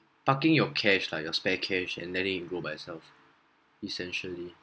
parking your cash like you spare cash and letting it grow by yourself essentially